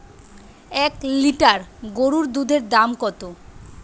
এক লিটার গোরুর দুধের দাম কত?